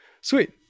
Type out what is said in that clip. sweet